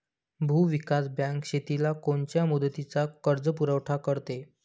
भूविकास बँक शेतीला कोनच्या मुदतीचा कर्जपुरवठा करते?